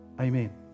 Amen